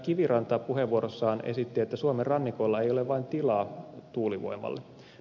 kiviranta puheenvuorossaan esitti että suomen rannikoilla ei ole vain tilaa tuulivoimalle